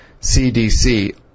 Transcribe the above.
CDC